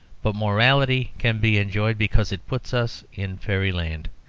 but morality can be enjoyed because it puts us in fairyland,